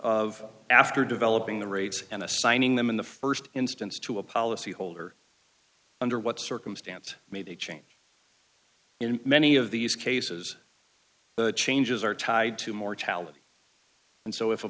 of after developing the rates and assigning them in the st instance to a policy holder under what circumstances made a change in many of these cases the changes are tied to mortality and so if a